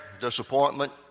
disappointment